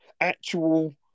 Actual